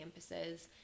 campuses